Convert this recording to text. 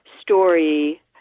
story